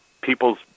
people's